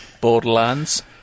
Borderlands